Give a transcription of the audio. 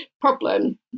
problem